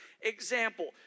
example